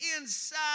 inside